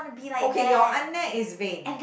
okay your ah-neh is vain